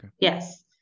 yes